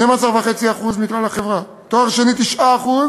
12.5% מכלל החברה, בתואר שני, 9%,